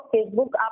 Facebook